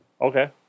Okay